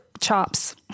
chops